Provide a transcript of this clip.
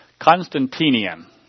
Constantinian